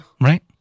right